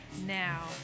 Now